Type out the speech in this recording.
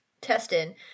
testing